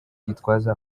gitwaza